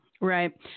Right